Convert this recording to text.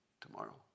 tomorrow